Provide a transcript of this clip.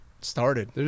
started